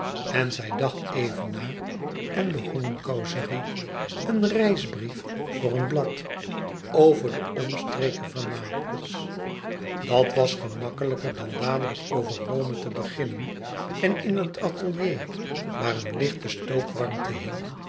en zij dacht even na en begon een causerie een reisbrief voor een blad over de omstreken van napels dat was gemakkelijker dan dadelijk over rome te beginnen en in het atelier waar een lichte stookwarmte hing